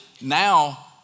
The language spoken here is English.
now